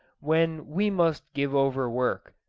when we must give over work.